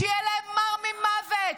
שיהיה להם מר ממוות.